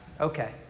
Okay